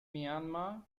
myanmar